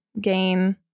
gain